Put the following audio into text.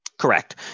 Correct